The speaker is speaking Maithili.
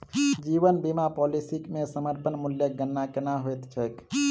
जीवन बीमा पॉलिसी मे समर्पण मूल्यक गणना केना होइत छैक?